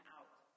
out